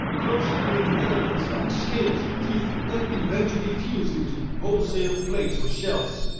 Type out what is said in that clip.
closely-knit elements like scales or teeth that eventually fused into wholesale plates or shells.